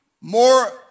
more